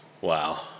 Wow